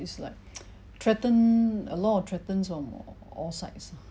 it's like threaten a lot of threatens on all sides ah